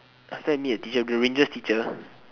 after I meet the teacher the rangers teacher